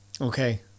Okay